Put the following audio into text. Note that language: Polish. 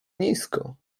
nisko